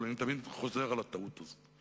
אבל אני תמיד חוזר על הטעות הזאת.